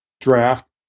draft